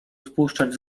spuszczać